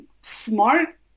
smart